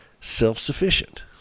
self-sufficient